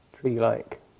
tree-like